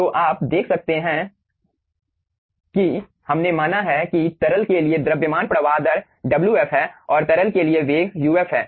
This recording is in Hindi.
तो आप देख सकते हैं कि हमने माना है कि तरल के लिए द्रव्यमान प्रवाह दर Wf है और तरल के लिए वेग uf है